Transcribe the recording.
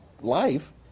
life